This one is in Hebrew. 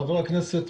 חבר הכנסת,